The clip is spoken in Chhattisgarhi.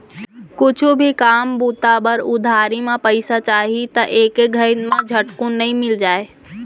कुछु भी काम बूता बर उधारी म पइसा चाही त एके घइत म झटकुन नइ मिल जाय